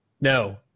No